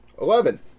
Eleven